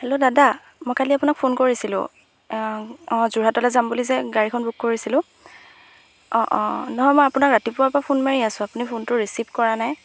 hello দাদা মই কালি আপোনাক ফোন কৰিছিলোঁ অঁ যোৰহাটলৈ যাম বুলি যে গাড়ীখন বুক কৰিছিলোঁ অঁ অঁ নহয় মই আপোনাক ৰাতিপুৱাৰ পৰা ফোন মাৰি আছোঁ আপুনি ফোনটো ৰিচিভ কৰা নাই